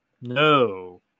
No